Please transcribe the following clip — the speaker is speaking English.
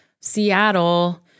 Seattle